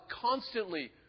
constantly